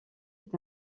est